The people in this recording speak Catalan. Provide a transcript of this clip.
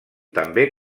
també